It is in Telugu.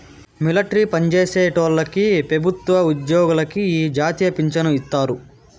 మిలట్రీ పన్జేసేటోల్లకి పెబుత్వ ఉజ్జోగులకి ఈ జాతీయ పించను ఇత్తారు